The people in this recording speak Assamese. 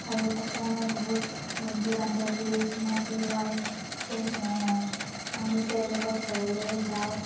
আৰু তাতে আমাৰ বহুত বন্ধু বান্ধৱীও চিনাকি হয় আমি তেওঁলোকৰ ঘৰলৈও যাওঁ